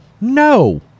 No